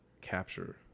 capture